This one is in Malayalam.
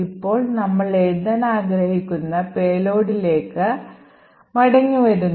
ഇപ്പോൾ നമ്മൾ എഴുതാൻ ആഗ്രഹിക്കുന്ന പേലോഡിലേക്ക് മടങ്ങി വരുന്നു